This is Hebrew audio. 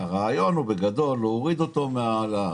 הרעיון הוא בגדול להוריד אותו משם.